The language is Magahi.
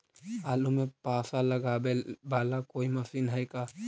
आलू मे पासा लगाबे बाला कोइ मशीन है का?